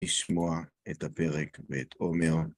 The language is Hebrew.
לשמוע את הפרק ואת עומר.